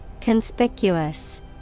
Conspicuous